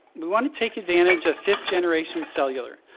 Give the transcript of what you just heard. we wanna take advantage of fifth generation cellular.